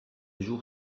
jour